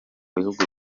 bihugu